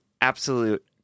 absolute